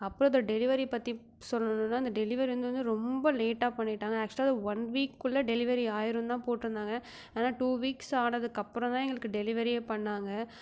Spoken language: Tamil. அப்புறம் அதோடய டெலிவரி பற்றி சொல்லணும்னால் அந்த டெலிவரி வந்து ரொம்ப லேட்டாக பண்ணிவிட்டாங்க அக்சுவலாக அது ஒன் வீக்குள்ளே டெலிவரி ஆகிடும் தான் போட்டிருந்தாங்க ஆனால் டூ வீக்ஸ் ஆனதுக்கப்புறம் தான் எங்களுக்கு டெலிவரியே பண்ணாங்க